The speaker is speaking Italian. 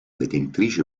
detentrice